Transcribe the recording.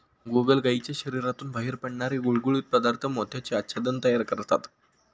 गोगलगायीच्या शरीरातून बाहेर पडणारे गुळगुळीत पदार्थ मोत्याचे आच्छादन तयार करतात